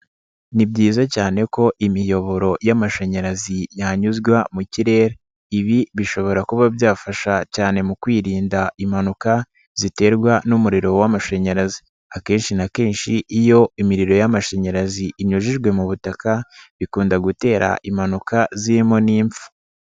Ni byiza cyane ko imiyoboro y'amashanyarazi yanyuzwa mu kirere. Ibi bishobora kuba byafasha cyane mu kwirinda impanuka ziterwa n'umuriro w'amashanyarazi. Akenshi na kenshi iyo imiriro y'amashanyarazi inyujijwe mu butaka bikunda gutera impanuka zirimo n'impfu.